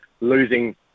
losing